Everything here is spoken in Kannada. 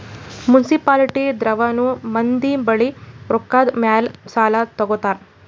ಮುನ್ಸಿಪಾಲಿಟಿ ದವ್ರನು ಮಂದಿ ಬಲ್ಲಿ ರೊಕ್ಕಾದ್ ಮ್ಯಾಲ್ ಸಾಲಾ ತಗೋತಾರ್